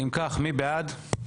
מי בעד,